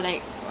ya